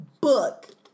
book